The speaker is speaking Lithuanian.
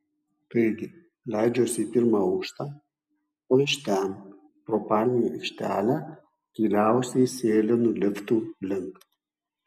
taigi leidžiuosi į pirmą aukštą o iš ten pro palmių aikštelę tyliausiai sėlinu liftų link